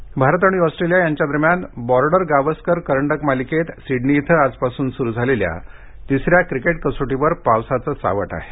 cricket Bharat आणि Australia यांच्या दरम्यान बॉर्डर गावसकर करंडक मालिकेत सिडनी इथं आजपासून सुरु झालेल्या तिसऱ्या क्रिकेट कसोटीवर पावसाचं सावट आहे